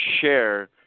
share